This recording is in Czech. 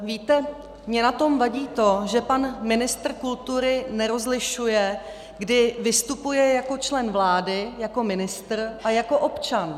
Víte, mně na tom vadí to, že pan ministr kultury nerozlišuje, kdy vystupuje jako člen vlády jako ministr a jako občan.